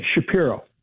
Shapiro